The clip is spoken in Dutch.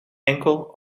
enkel